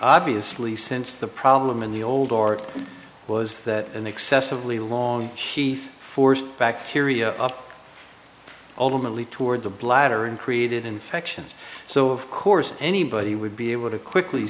obviously since the problem in the old or was that an excessively long heath forced bacteria up ultimately toward the bladder and created infections so of course anybody would be able to quickly